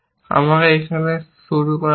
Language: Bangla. আমাকে এখানে শুরু করা যাক